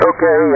Okay